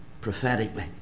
Prophetically